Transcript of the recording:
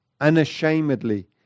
Unashamedly